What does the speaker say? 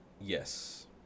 yes